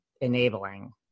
enabling